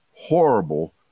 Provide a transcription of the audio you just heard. Horrible